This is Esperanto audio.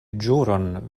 ĵuron